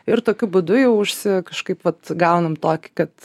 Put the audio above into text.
ir tokiu būdu jau užsi kažkaip vat gaunam tokį kad